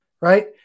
right